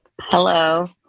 Hello